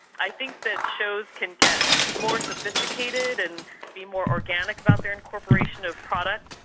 i think that shows can get more sophisticated and be more organic about their incorporation of products,